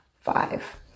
Five